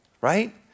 right